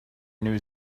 new